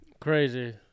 Crazy